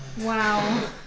Wow